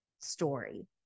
story